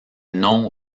non